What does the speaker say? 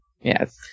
Yes